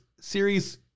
series